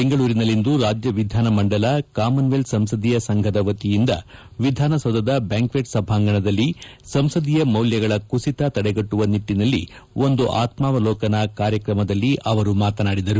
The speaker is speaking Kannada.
ಬೆಂಗಳೂರಿನಲ್ಲಿಂದು ರಾಜ್ಯ ವಿಧಾನಮಂಡಲ ಕಾಮನ್ವೆಲ್ತ್ ಸಂಸದೀಯ ಸಂಘದ ವತಿಯಿಂದ ವಿಧಾನಸೌಧದ ಬ್ಯಾಂಕ್ವೆಟ್ ಸಭಾಂಗಣದಲ್ಲಿ ಸಂಸದೀಯ ಮೌಲ್ಯಗಳ ಕುಸಿತ ತಡೆಗಟ್ಟುವ ನಿಟ್ಟಿನಲ್ಲಿ ಒಂದು ಆತ್ಮಾವಲೋಕನ ಕಾರ್ಯಕ್ರಮದಲ್ಲಿ ಅವರು ಮಾತನಾಡಿದರು